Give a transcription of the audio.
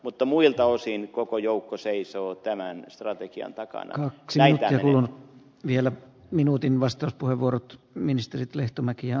mutta muilta osin koko joukko seisoo tämän strategian takana xiläinen on vielä minuutin vastauspuheenvuorot ministerit lehtomäki ja